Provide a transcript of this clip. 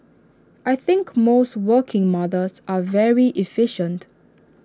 I think most working mothers are very efficient